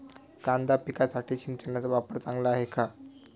कांदा पिकासाठी सिंचनाचा वापर चांगला आहे का?